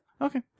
Okay